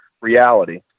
reality